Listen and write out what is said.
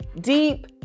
deep